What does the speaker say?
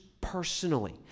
personally